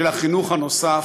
של החינוך הנוסף,